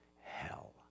hell